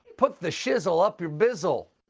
put the shizzle up your bizzle!